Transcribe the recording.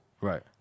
Right